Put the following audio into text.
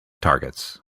targets